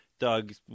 doug